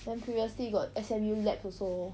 then previously got S_M_U labs also